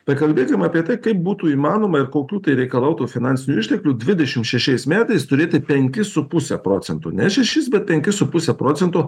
pakalbėkim apie tai kaip būtų įmanoma ir kokių tai reikalautų finansinių išteklių dvidešim šešiais metais turėti penkis su puse procentų ne šešis bet penkis su puse procento